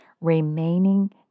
remaining